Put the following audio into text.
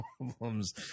problems